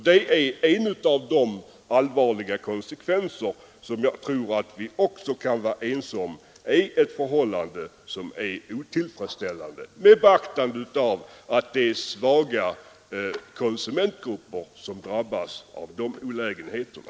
Detta är allvarliga konsekvenser vilka jag tror att alla kan vara överens om är otillfredsställande — det är ju svaga konsumentgrupper som drabbas av dessa olägenheter.